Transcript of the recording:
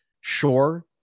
Sure